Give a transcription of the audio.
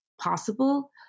possible